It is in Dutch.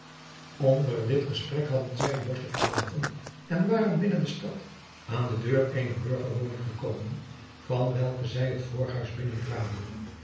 onder dit gesprek hadden zij het boschje verlaten en waren binnen de stad aan de deur eener burgerwoning gekomen van welke zij het